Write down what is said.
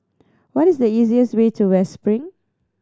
what is the easiest way to West Spring